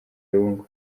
lungu